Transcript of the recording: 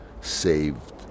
saved